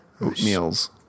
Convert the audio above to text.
Oatmeals